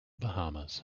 bahamas